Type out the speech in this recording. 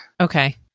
Okay